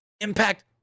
Impact